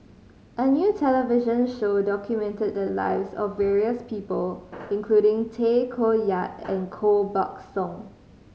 a new television show documented the lives of various people including Tay Koh Yat and Koh Buck Song